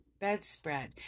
bedspread